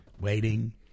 waiting